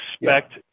expect